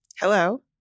Hello